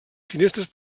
finestres